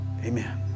Amen